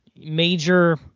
major